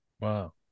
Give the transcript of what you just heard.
Wow